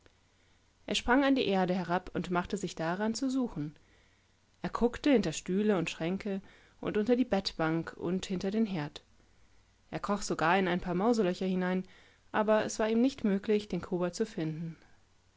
er sprang an die erde herab und machte sich daran zu suchen er guckte hinter stühle und schränke und unter die bettbank und hinter den herd er kroch sogar in ein paar mauselöcher hinein aber es war ihm nicht möglich denkoboldzufinden die